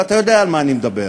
ואתה יודע על מה אני מדבר.